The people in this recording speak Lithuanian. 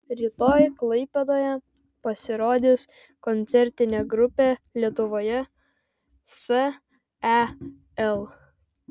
rytoj klaipėdoje pasirodys koncertinė grupė lietuvoje sel